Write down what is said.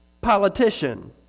politician